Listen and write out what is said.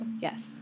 Yes